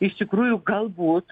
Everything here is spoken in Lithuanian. iš tikrųjų galbūt